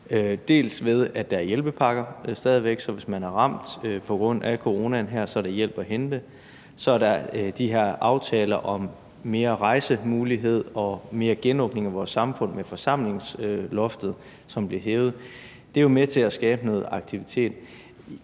dels ved at der stadig væk er hjælpepakker, sådan at hvis man er ramt på grund af coronaen, er der hjælp at hente, dels ved at der er de her aftaler om flere rejsemuligheder og mere genåbning af vores samfund med forsamlingsloftet, som blev hævet. Det er jo med til at skabe noget aktivitet.